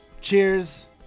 cheers